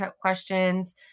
questions